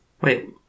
Wait